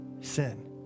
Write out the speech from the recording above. sin